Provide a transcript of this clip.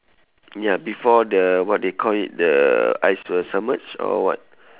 ya before the what they call it the ice will submerge or what